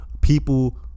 people